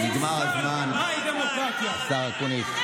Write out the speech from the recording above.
נגמר הזמן, השר אקוניס.